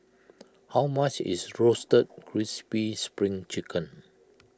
how much is Roasted Crispy Spring Chicken